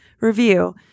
review